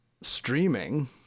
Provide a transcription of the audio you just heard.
streaming